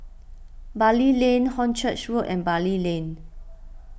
Bali Lane Hornchurch Road and Bali Lane